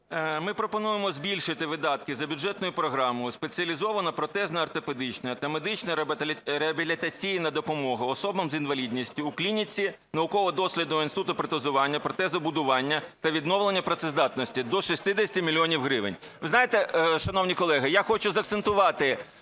Ми пропонуємо збільшити видатки за бюджетною програмою: "Спеціалізована протезно-ортопедична та медично-реабілітаційна допомога особам з інвалідністю у клініці науково-дослідного інституту протезування, протезобудування та відновлення працездатності до 60 мільйонів гривень. Ви знаєте, шановні колеги, я хочу закцентувати